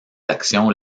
actions